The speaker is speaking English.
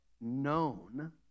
known